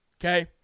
okay